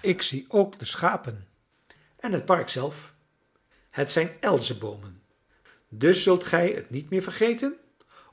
ik zie ook de schapen en het park zelf het zijn elzeboomen dus zult gij t niet meer vergeten